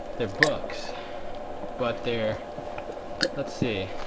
they're books but they're let's see